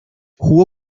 jugó